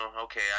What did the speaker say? Okay